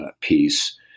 piece